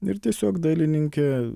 ir tiesiog dailininkė